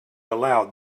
aloud